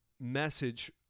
message